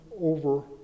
over